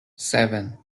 seven